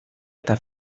eta